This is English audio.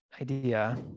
idea